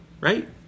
Right